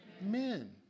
Men